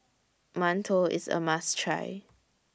mantou IS A must Try